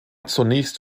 zunächst